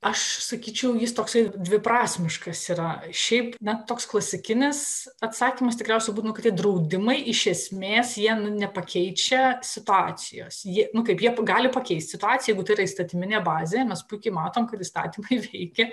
aš sakyčiau jis toksai dviprasmiškas yra šiaip na toks klasikinis atsakymas tikriausiai būtų nu kad draudimai iš esmės jie nepakeičia situacijos jie nu kaip jie gali pakeisti situaciją jeigu tai yra įstatyminė bazė mes puikiai matom kad įstatymai veikia